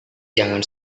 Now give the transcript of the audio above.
jangan